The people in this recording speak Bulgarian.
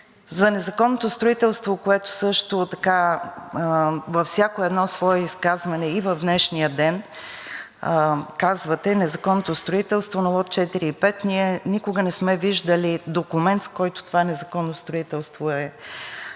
За незаконното строителство, което също така във всяко едно свое изказване и в днешния ден казвате – незаконното строителство на лот 4 и 5, ние никога не сме виждали документ, с който това незаконно строителство е